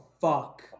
fuck